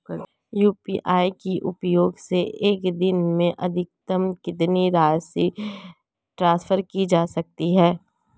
UPI का उपयोग करके एक दिन में अधिकतम कितनी राशि ट्रांसफर की जा सकती है?